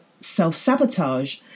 self-sabotage